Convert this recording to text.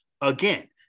again